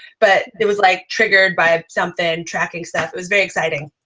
but it was, like, triggered by something tracking stuff. it was very exciting.